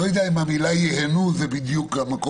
אני לא יודע אם המילה "ייהנו" זה בדיוק המקום